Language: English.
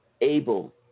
able